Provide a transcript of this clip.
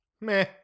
Meh